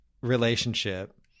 relationship